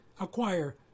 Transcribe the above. acquire